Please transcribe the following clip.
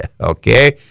okay